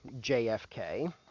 JFK